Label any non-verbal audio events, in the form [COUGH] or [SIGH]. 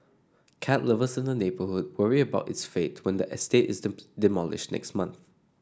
cat lovers in the neighbourhood worry about its fate when the estate is [UNINTELLIGIBLE] demolished next month